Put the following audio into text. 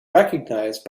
recognized